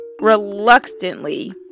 reluctantly